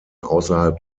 außerhalb